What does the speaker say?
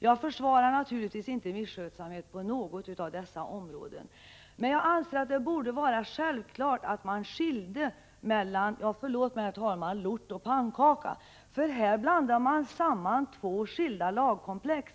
Jag försvarar naturligtvis inte misskötsamhet på något av dessa områden. Men jag anser att det borde vara självklart att man skiljer mellan — förlåt mig, herr talman —lort och pannkaka. I nuvarande lagstiftning blandar man samman två skilda lagkomplex.